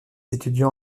étudiant